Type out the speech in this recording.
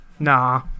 Nah